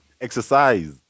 exercise